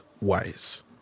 wise